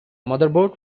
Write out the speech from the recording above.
motherboard